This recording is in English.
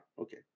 Okay